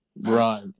right